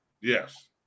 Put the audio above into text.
yes